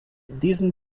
diesen